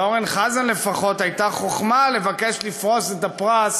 לאורן חזן לפחות הייתה חוכמה לבקש לפרוס את הפרס